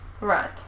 Right